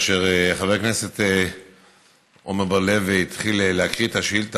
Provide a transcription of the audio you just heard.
כאשר חבר הכנסת עמר בר-לב התחיל להקריא את השאילתה,